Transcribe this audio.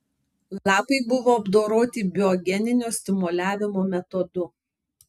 lapai buvo apdoroti biogeninio stimuliavimo metodu